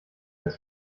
als